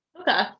Okay